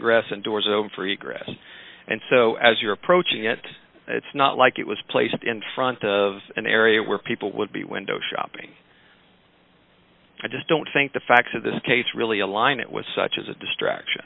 ess and doors open for you grass and so as you're approaching it it's not like it was placed in front of an area where people would be window shopping i just don't think the facts of this case really align it with such as a distraction